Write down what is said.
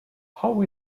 how